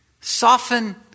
soften